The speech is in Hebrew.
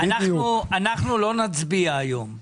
רבותיי, אנחנו לא נצביע היום.